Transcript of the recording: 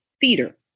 theater